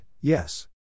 yes